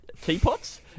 teapots